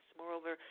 Moreover